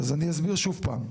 אז אני אסביר שוב פעם,